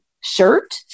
shirt